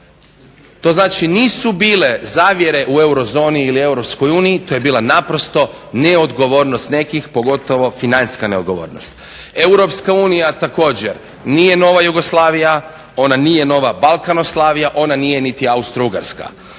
To znači nisu bile zavjere u eurozoni ili EU to je bila naprosto neodgovornost nekih, pogotovo financijska neodgovornost. Europska unija također nije nova Jugoslavija, ona nije nova Balkanoslavija, ona nije niti Austrougarska.